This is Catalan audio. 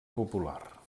popular